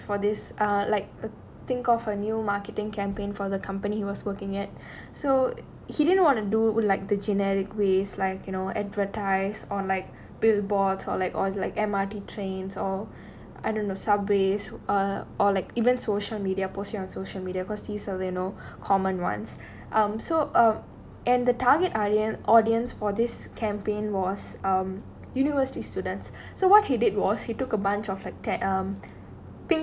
err market for this err like think of a new marketing campaign for the company he was working at so he didn't want to do like the genetic ways like you know advertise or like billboards or like or like M_R_T trains or I don't know subways or or like even social media posting on social media because these are they no common ones um so err and the target audience audience for this campaign was um university students so what he did was he took a bunch of like that um